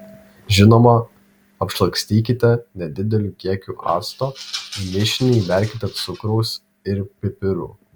žinoma apšlakstykite nedideliu kiekiu acto į mišinį įberkite cukraus ir pipirų